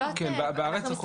כן, בארץ זה חובה.